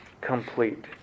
complete